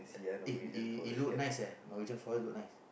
eh it it look nice eh Norwegian-Forest look nice